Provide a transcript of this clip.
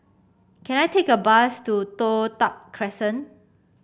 can I take a bus to Toh Tuck Crescent